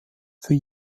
für